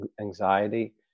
anxiety